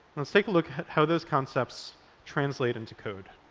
let's take a look at how those concepts translate into code.